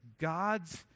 God's